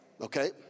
Okay